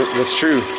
that's true,